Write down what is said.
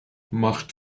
macht